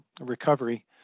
recovery